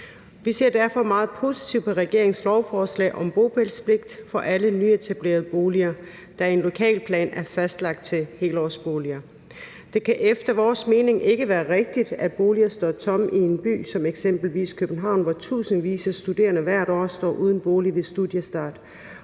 Vi ser derfor meget positivt på regeringens lovforslag om bopælspligt for alle nyetablerede boliger, der i en lokalplan er fastlagt til helårsboliger. Det kan efter vores mening ikke være rigtigt, at boliger står tomme i en by som eksempelvis København, hvor tusindvis af studerende hvert år står uden bolig ved studiestart,